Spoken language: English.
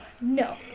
No